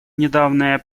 недавнее